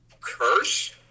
curse